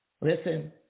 Listen